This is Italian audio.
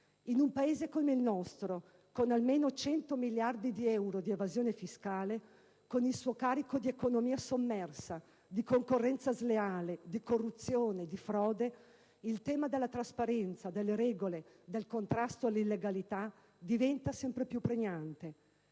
In un Paese come il nostro, con almeno 100 miliardi di euro di evasione fiscale, con il suo carico di economia sommersa, di concorrenza sleale, di corruzione, di frode, il tema della trasparenza, delle regole, del contrasto all'illegalità diventa sempre più pregnante.